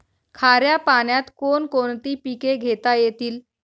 खाऱ्या पाण्यात कोण कोणती पिके घेता येतील?